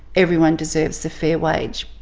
everyone deserves a fair wage.